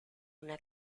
una